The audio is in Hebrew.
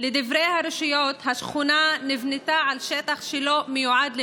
הרשויות השכונה נבנתה על שטח שלא מיועד למגורים,